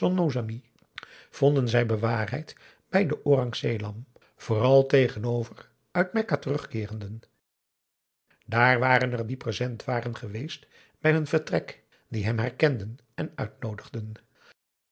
vonden zij bewaarheid bij de orang selam vooral tegenover uit mekka terugkeerenden daar waren er die present waren geweest bij hun vertrek die hem herkenden en uitnoodigden